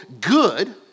good